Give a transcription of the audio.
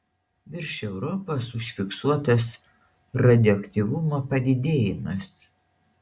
virš europos užfiksuotas radioaktyvumo padidėjimas